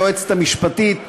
היועצת המשפטית,